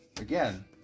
again